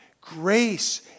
Grace